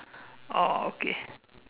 oh okay